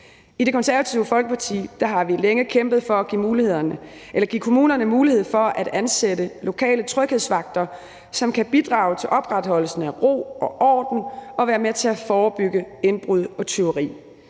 I Det Konservative Folkeparti har vi længe kæmpet for at give kommunerne mulighed for at ansætte lokale tryghedsvagter, som kan bidrage til opretholdelsen af ro og orden og være med til at forebygge indbrud og tyveri.